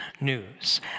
news